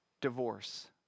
divorce